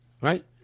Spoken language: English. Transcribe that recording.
right